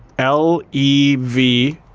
l e v